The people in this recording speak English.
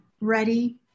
ready